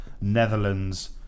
Netherlands